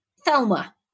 Thelma